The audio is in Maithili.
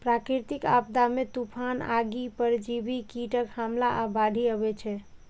प्राकृतिक आपदा मे तूफान, आगि, परजीवी कीटक हमला आ बाढ़ि अबै छै